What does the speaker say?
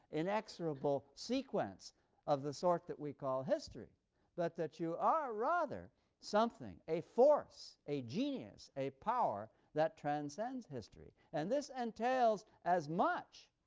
inexorable sequence of the sort that we call history but that you are rather something, a force, a genius, or a power that transcends history. and this entails as much